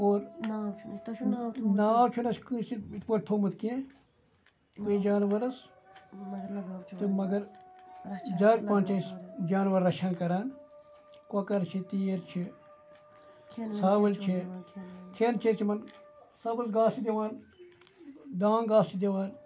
اور ناو چھُنہٕ اَسہِ کٲنٛسہِ یِتھ پٲٹھۍ تھوٚومُت کینٛہہ جانوَرَس تہٕ مَگَر زیادٕ پَہَن چھُ أسۍ جانوَر رَچھان کَران کۄکَر چھِ تیٖر چھِ ژھاوٕل چھِ کھیٚن چیٚن چھِ یِمَن سبز گاسہٕ چھِ دِوان دان گاسہ چھِ دِوان